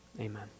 Amen